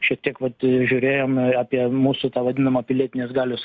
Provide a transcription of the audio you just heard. šitiek vat žiūrėjome apie mūsų tą vadinamą pilietinės galios